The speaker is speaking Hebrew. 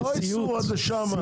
לא ייסעו עד לשם.